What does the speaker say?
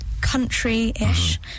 country-ish